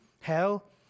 hell